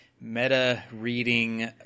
meta-reading